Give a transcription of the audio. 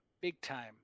big-time